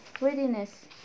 readiness